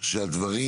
שהדברים